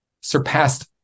surpassed